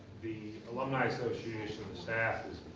be alumni association staff